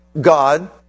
God